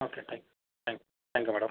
okay thank you thank you thank you madam